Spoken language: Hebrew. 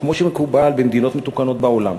כמו שמקובל במדינות מתוקנות בעולם,